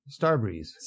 Starbreeze